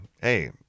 hey